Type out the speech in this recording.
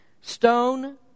stone